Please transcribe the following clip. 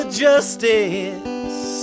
justice